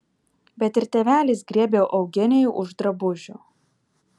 bet ir tėvelis griebė eugenijų už drabužių